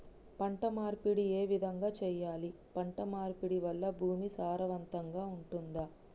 పంట మార్పిడి ఏ విధంగా చెయ్యాలి? పంట మార్పిడి వల్ల భూమి సారవంతంగా ఉంటదా?